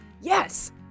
Yes